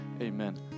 amen